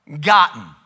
gotten